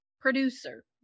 producer